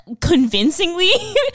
convincingly